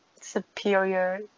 superior